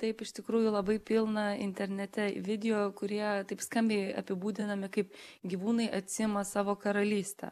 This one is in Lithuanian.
taip iš tikrųjų labai pilna internete video kurie taip skambiai apibūdinami kaip gyvūnai atsiima savo karalystę